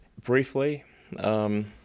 Briefly